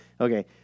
Okay